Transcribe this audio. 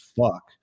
fuck